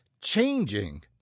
changing